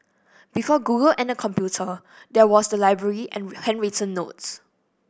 before Google and the computer there was the library and handwritten notes